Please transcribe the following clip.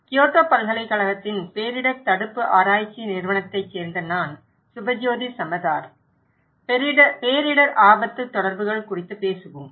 Kyoto பல்கலைக்கழகத்தின் பேரிடர் தடுப்பு ஆராய்ச்சி நிறுவனத்தைச் சேர்ந்த நான் சுபஜ்யோதி சமதார் பேரிடர் ஆபத்து தொடர்புகள் குறித்து பேசுவோம்